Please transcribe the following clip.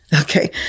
Okay